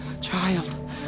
child